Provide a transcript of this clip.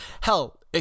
Hell